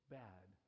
bad